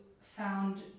found